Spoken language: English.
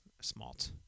Smalt